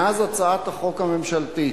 מאז הצעת החוק הממשלתית,